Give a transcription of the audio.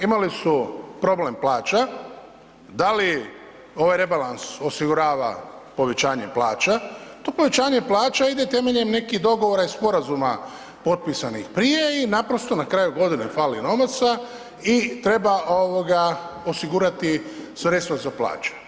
Imali su problem plaća, da li ovaj rebalans osigurava povećanje plaća, to povećanje plaća ide temeljem nekih dogovora i sporazuma potpisanih prije i naprosto na kraju godine fali novaca i treba ovoga osigurati sredstva za plaće.